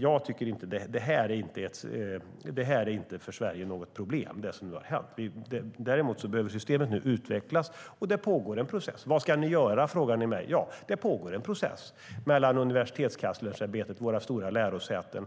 Jag tycker inte att det som nu har hänt är något problem för Sverige. Däremot behöver systemet nu utvecklas, och det pågår en process. Vad ska ni göra? frågar ni mig. Det pågår en process där Universitetskanslersämbetet, våra stora lärosäten,